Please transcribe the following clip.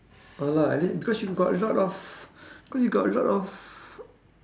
oh lah at least because you got a lot of because you got a lot of